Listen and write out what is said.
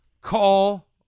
Call